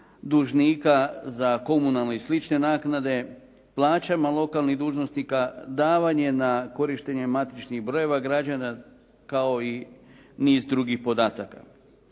dužnika za komunalne i slične naknade, plaćama lokalnih dužnosnika, davanje na korištenje matičnih brojeva građana kao i niz drugih podataka.